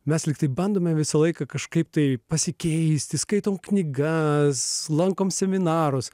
mes likti bandome visą laiką kažkaip taip pasikeisti skaitome knygas lankome seminarus